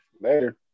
Later